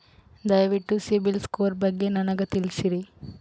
ದಯವಿಟ್ಟು ಸಿಬಿಲ್ ಸ್ಕೋರ್ ಬಗ್ಗೆ ನನಗ ತಿಳಸರಿ?